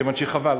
כיוון שחבל,